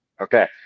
Okay